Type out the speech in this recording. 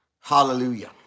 Hallelujah